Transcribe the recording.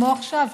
כמו עכשיו,